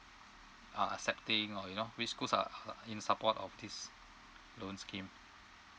uh accepting or you know which schools are uh in support of this loan scheme